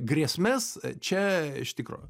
grėsmes čia iš tikro